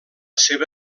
seva